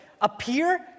appear